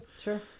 Sure